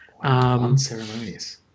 Unceremonious